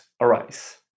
arise